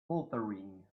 faltering